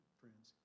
friends